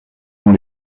dans